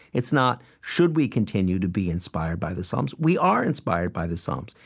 it's not should we continue to be inspired by the psalms? we are inspired by the psalms.